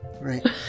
Right